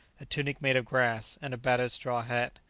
a tunic made of grass, and a battered straw hat,